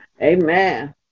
Amen